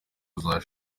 rwo